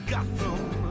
Gotham